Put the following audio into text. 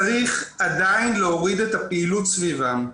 צריך עדיין להוריד את הפעילות סביבם.